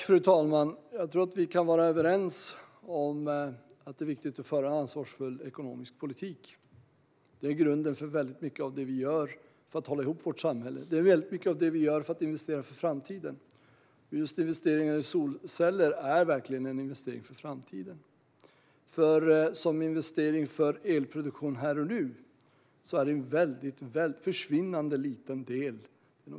Fru talman! Vi kan vara överens om att det är viktigt att föra en ansvarsfull ekonomisk politik. Det är grunden för mycket av det vi gör för att hålla ihop vårt samhälle och för att investera för framtiden. Investeringar i solceller är verkligen en investering för framtiden. Som en investering för elproduktion här och nu utgör solceller en försvinnande liten del.